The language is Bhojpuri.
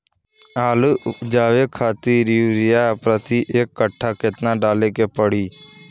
आलू उपजावे खातिर यूरिया प्रति एक कट्ठा केतना डाले के पड़ी?